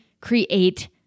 create